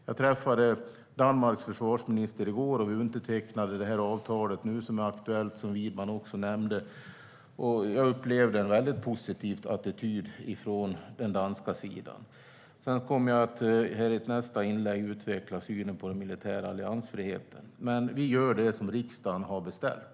Jag träffade Danmarks försvarsminister i går, och vi undertecknade avtalet som nu är aktuellt och som Widman nämnde. Jag upplevde en väldigt positiv attityd från den danska sidan. Jag kommer i mitt nästa inlägg att utveckla synen på den militära alliansfriheten. Men vi gör det som riksdagen har beställt.